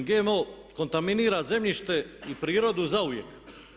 GMO kontaminira zemljište i prirodu zauvijek.